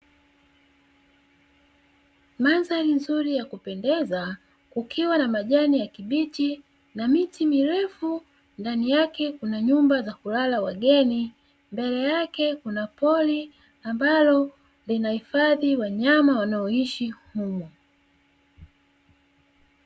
Mandhari nzuri ya kupendeza kukiwa na majani ya kibichi na miti mirefu ndani yake; kuna nyumba za kulala wageni mbele yake kuna pori ambalo linahifadhi wanyama wanaoishi humo.